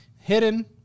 Hidden